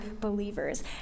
believers